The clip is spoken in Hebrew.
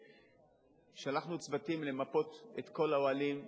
שלחנו צוותים למפות את כל האוהלים.